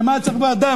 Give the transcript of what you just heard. למה צריך ועדה?